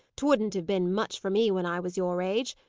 twouldn't have been much for me when i was your age.